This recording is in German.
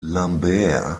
lambert